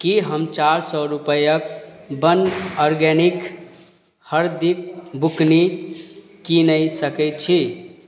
की हम चार सए रूपैआ वन आर्गेनिक हरदिक बुकनी कीनय सकैत छी